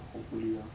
hopefully lor